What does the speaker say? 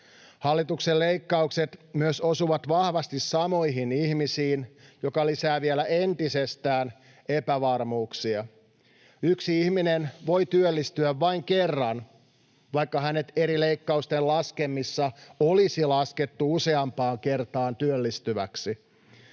Hallituksen leikkaukset myös osuvat vahvasti samoihin ihmisiin, mikä lisää vielä entisestään epävarmuuksia. Yksi ihminen voi työllistyä vain kerran, vaikka hänet eri leikkausten laskelmissa olisi laskettu useampaan kertaan työllistyväksi.